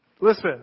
Listen